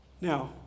Now